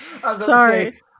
Sorry